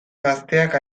gazteak